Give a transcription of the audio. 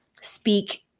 speak